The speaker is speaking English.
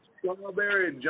Strawberry